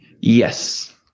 Yes